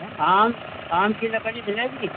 आम आम की लकड़ी मिलेगी